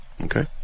okay